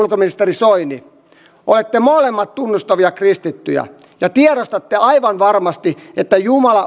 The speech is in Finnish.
soini olette molemmat tunnustavia kristittyjä ja tiedostatte aivan varmasti että jumala on korottanut teidät tähän tehtävään juuri tätä aikaa varten